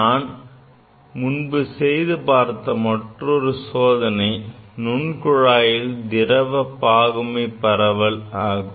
நாம் முன்பு செய்து பார்த்த மற்றுமொரு சோதனை நுண் குழாயில் திரவ பாகுமை பரவல் ஆகும்